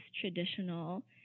traditional